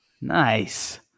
Nice